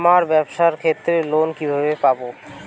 আমার ব্যবসার ক্ষেত্রে লোন কিভাবে পাব?